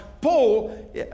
Paul